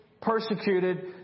persecuted